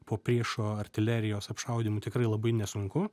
po priešo artilerijos apšaudymu tikrai labai nesunku